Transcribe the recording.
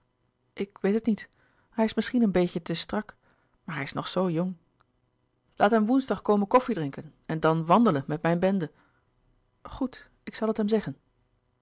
ik weet het niet hij is misschien een beetje te strak maar hij is nog zoo jong laat hem woensdag komen koffie drinken en dan wandelen met mijn bende goed ik zal het hem zeggen